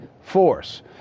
force